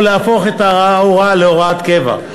או להפוך אותה להוראת קבע.